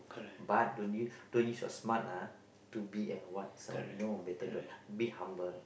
but don't use don't use your smart ah to be a what somebody no better don't be humble